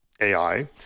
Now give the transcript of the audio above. AI